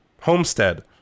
Homestead